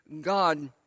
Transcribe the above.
God